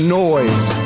noise